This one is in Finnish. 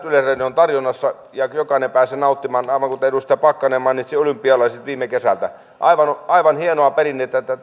yleisradion tarjonnassa niin että jokainen pääsee niistä nauttimaan aivan kuten edustaja pakkanen mainitsi olympialaiset viime kesältä aivan aivan hienoa perinnettä